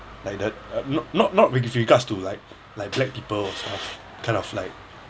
like the not not not with regards to like like black people and stuff kind of like